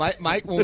Mike